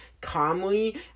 calmly